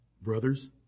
Brothers